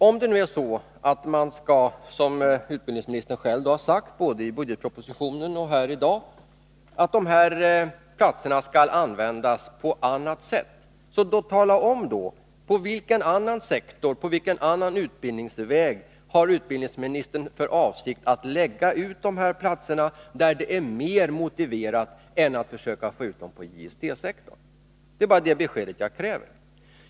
Om det nu är så, som utbildningsministern själv har sagt både i budgetpropositionen och här i dag, att dessa platser skall användas på annat sätt, tala då om på vilken annan sektor, vilken annan utbildningsväg, som utbildningsministern har för avsikt att lägga ut dessa platser och där det är mer motiverat, jämfört med att försöka få ut dem på JST-sektorn! Det är bara det beskedet jag kräver.